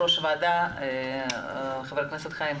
ותודה לחברי הכנסת שהעלו את הנושא הזה,